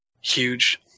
huge